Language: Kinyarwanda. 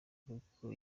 kuko